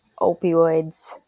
opioids